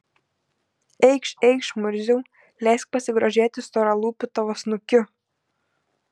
eikš eikš murziau leisk pasigrožėti storalūpiu tavo snukiu